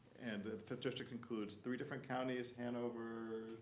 and the fifth district includes three different counties hanover.